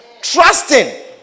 Trusting